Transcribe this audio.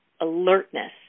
alertness